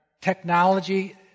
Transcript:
technology